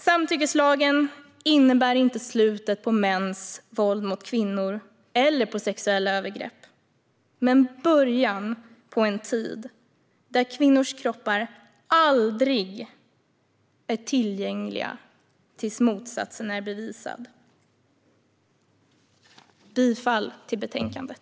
Samtyckeslagen innebär inte slutet på mäns våld mot kvinnor eller på sexuella övergrepp, men den innebär början på en tid där kvinnors kroppar aldrig är tillgängliga tills motsatsen är bevisad. Jag yrkar bifall till förslaget i betänkandet.